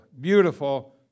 beautiful